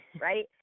right